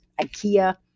Ikea